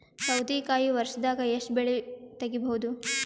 ಸೌತಿಕಾಯಿ ವರ್ಷದಾಗ್ ಎಷ್ಟ್ ಬೆಳೆ ತೆಗೆಯಬಹುದು?